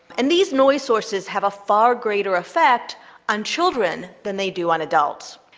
and these noise sources have a far greater effect on children than they do on adults,